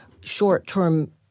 short-term